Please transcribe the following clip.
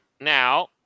now